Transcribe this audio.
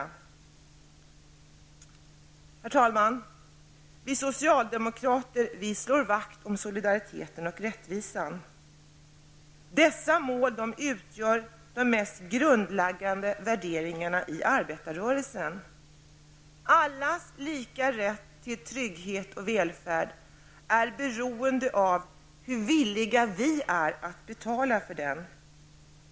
Herr talman! Vi socialdemokrater slår vakt om solidariteten och rättvisan. Dessa mål utgör de mest grundläggande värderingarna i arbetarrörelsen. Allas lika rätt till trygghet och välfärd är beroende av hur villiga vi är att betala för den.